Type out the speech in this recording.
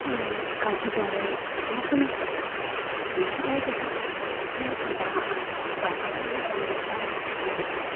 ᱠᱟᱡᱩ ᱫᱟᱨᱮ ᱱᱚᱣᱟ ᱠᱚᱧ ᱨᱚᱦᱚᱭᱟ ᱱᱚᱣᱟ ᱠᱚ ᱨᱚᱦᱚᱭ ᱠᱟᱛᱮᱫ ᱪᱮᱫ ᱞᱮᱠᱟ ᱵᱟᱦᱟᱜᱼᱟ ᱵᱟᱦᱟ ᱠᱟᱛᱮᱫ ᱦᱚᱸ ᱟᱹᱰᱤ ᱱᱟᱯᱟᱭ ᱧᱮᱞᱚᱜᱼᱟ